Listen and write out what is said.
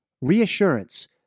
reassurance